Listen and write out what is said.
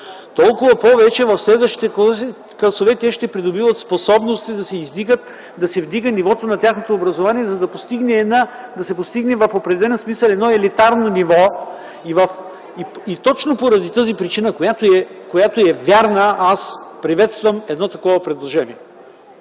толкова повече в следващите класове те ще придобиват способности да се вдигне нивото на тяхното образование, за да се постигне в определен смисъл едно елитарно ниво. И точно поради тази причина, която е вярна, аз приветствам едно такова предложение.